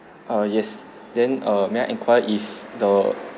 ah yes then uh may I inquire if the